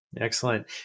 Excellent